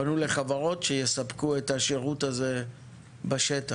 פנו לחברות שיספקו את השירות הזה בשטח.